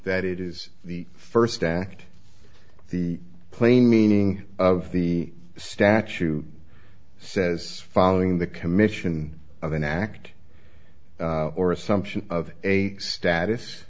that it is the first act the plain meaning of the statute says following the commission of an act or assumption of a status